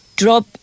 drop